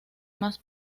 más